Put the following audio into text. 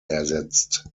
ersetzt